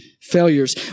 failures